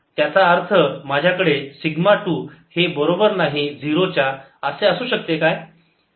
त्याचा अर्थ माझ्याकडे सिग्मा टू हे बरोबर नाही झिरो च्या असे असू शकते काय